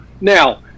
Now